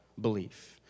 belief